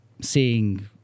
seeing